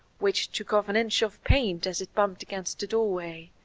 which took off an inch of paint as it bumped against the doorway.